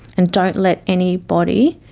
and don't let anybody,